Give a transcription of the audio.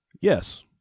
yes